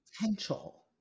potential